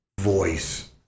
voice